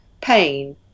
pain